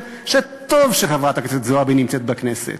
שטוב שחברת הכנסת זועבי נמצאת בכנסת.